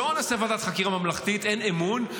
לא נעשה ועדת חקירה ממלכתית אין אמון,